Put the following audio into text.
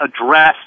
address